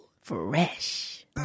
Fresh